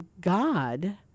God